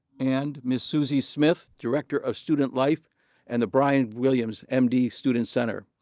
and ms. susie smith, director of student life and the bryan williams, m d. student center.